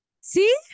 See